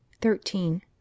Thirteen